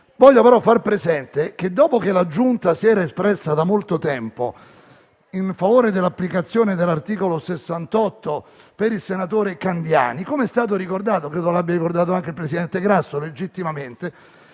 Vorrei però far presente che, dopo che la Giunta si era espressa da molto tempo in favore dell'applicazione dell'articolo 68 per il senatore Candiani, come è stato ricordato (credo l'abbia ricordato anche il presidente Grasso, legittimamente),